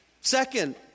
Second